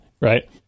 right